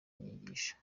inyigisho